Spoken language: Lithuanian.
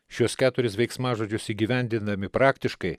šiuos keturis veiksmažodžius įgyvendindami praktiškai